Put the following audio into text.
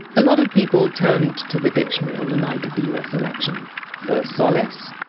a lot of people turned to the dictionary on the night of the us election for solace?